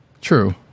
True